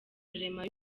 rurema